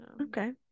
Okay